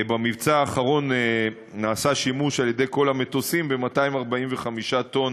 במבצע האחרון נעשה שימוש על-ידי כל המטוסים ב-245 טון